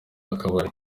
akabari